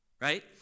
right